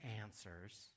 answers